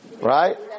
right